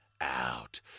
out